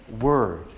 Word